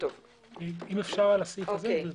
אמרנו.